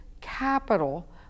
capital